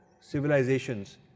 civilizations